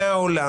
מהעולם